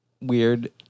weird